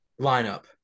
lineup